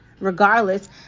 regardless